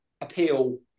appeal